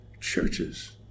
churches